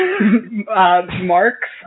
Marks